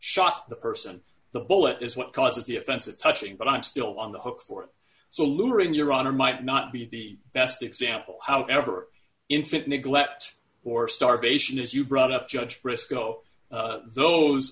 shot the person the bullet is what causes the offensive touching but i'm still on the hook for so littering your honor might not be the best example however infant neglect or starvation is you brought up judge briscoe those